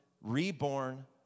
reborn